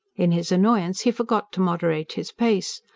in his annoyance he forgot to moderate his pace.